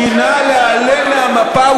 דינה להיעלם מהמפה,